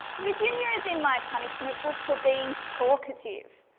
virginia is in my punishment book for being talkative,